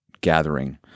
gathering